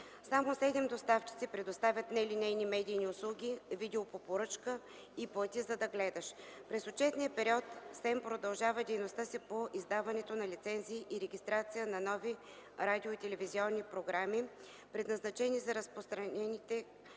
Само 7 доставчици предоставят нелинейни медийни услуги –„Видео по поръчка” и „Плати, за да гледаш”. През отчетния период СЕМ продължава дейността си по издаването на лицензии и регистрации на нови радио- и телевизионни програми, предназначени за разпространените